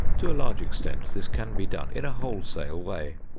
to a large extent this can be done in a wholesale way.